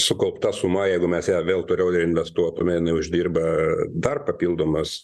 sukaupta suma jeigu mes ją vėl toliau ir investuotume jinai uždirba dar papildomas